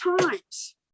times